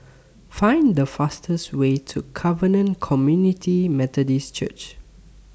Find The fastest Way to Covenant Community Methodist Church